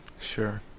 Sure